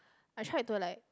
I tried to like